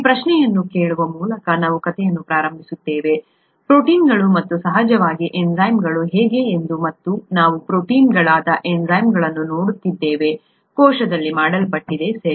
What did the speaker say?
ಈ ಪ್ರಶ್ನೆಯನ್ನು ಕೇಳುವ ಮೂಲಕ ನಾವು ಕಥೆಯನ್ನು ಪ್ರಾರಂಭಿಸುತ್ತೇವೆ ಪ್ರೋಟೀನ್ಗಳು ಮತ್ತು ಸಹಜವಾಗಿ ಎನ್ಝೈಮ್ಗಳು ಹೇಗೆ ಎಂದು ಮತ್ತು ನಾವು ಪ್ರೋಟೀನ್ಗಳಾದ ಎನ್ಝೈಮ್ಗಳನ್ನು ನೋಡುತ್ತಿದ್ದೇವೆ ಕೋಶದಲ್ಲಿ ಮಾಡಲ್ಪಟ್ಟಿದೆ ಸರಿ